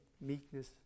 meekness